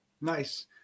Nice